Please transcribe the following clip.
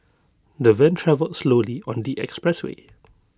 the van travelled slowly on the expressway